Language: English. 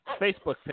Facebook